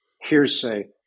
hearsay